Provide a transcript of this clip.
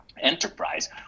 enterprise